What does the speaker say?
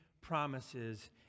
promises